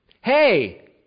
Hey